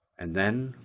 and then,